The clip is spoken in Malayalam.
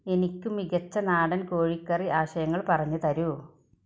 എനിക്ക് മികച്ച നാടൻ കോഴിക്കറി ആശയങ്ങൾ പറഞ്ഞു തരിക